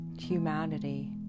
humanity